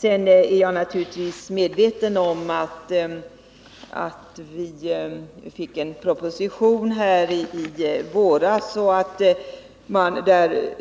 Jag är naturligtvis medveten om att det i propositionen i våras